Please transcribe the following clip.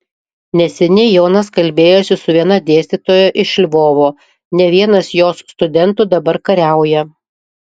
neseniai jonas kalbėjosi su viena dėstytoja iš lvovo ne vienas jos studentų dabar kariauja